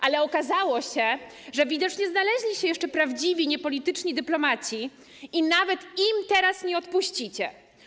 Ale okazało się, że widocznie znaleźli się jeszcze prawdziwi niepolityczni dyplomaci i nawet teraz im nie odpuścicie.